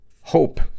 Hope